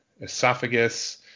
esophagus